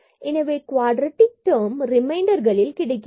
எனவே quadratic term ரிமைண்டர்களில் கிடைக்கிறது